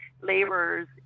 laborers